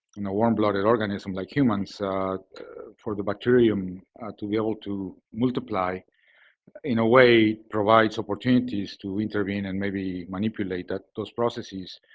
know, warm-blooded organism like humans for the bacterium to be able to multiply in a way provides opportunities to intervene and maybe manipulate ah those processes.